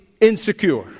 insecure